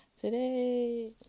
today